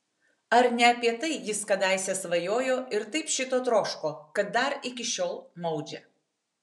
ar ne apie tai jis kadaise svajojo ir taip šito troško kad dar iki šiol maudžia